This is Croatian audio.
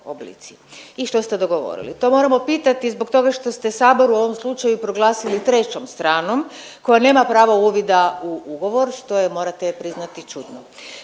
i što ste dogovorili? To moram pitati zbog toga što ste Sabor u ovom slučaju proglasili trećom stranom koja nema pravo uvida u ugovor, što je morate priznati čudno.